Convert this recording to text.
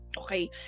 Okay